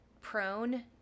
prone